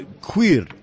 Queer